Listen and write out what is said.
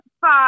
five